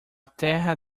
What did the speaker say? terra